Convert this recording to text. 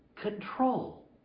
control